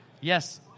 Yes